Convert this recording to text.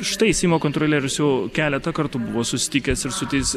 štai seimo kontrolierius jau keletą kartų buvo susitikęs ir su tais